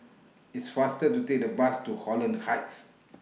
It's faster to Take The Bus to Holland Heights